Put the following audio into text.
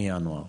מינואר,